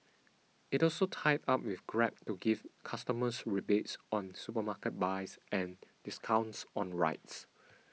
it also tied up with Grab to give customers rebates on supermarket buys and discounts on rides